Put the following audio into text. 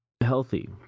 healthy